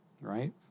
right